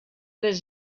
les